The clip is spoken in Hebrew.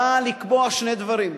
באה לקבוע שני דברים: